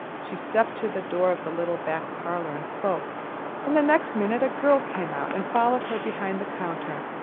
she stepped to the door of the little back parlor and spoke and the next minute a girl came out and followed her behind the counter.